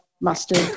mustard